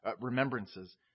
remembrances